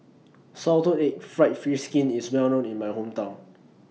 Salted Egg Fried Fish Skin IS Well known in My Hometown